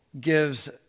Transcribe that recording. gives